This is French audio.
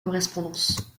correspondance